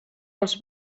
els